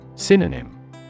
Synonym